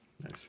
Nice